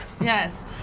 Yes